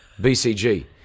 BCG